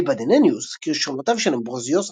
אליבא דנניוס, כשרונותיו של אמברוזיוס